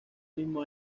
mismo